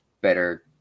better